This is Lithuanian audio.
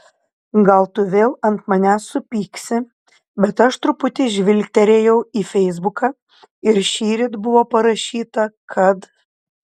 gal tu vėl ant manęs supyksi bet aš truputį žvilgterėjau į feisbuką ir šįryt buvo parašyta kad